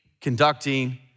conducting